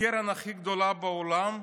הקרן הכי גדולה בעולם,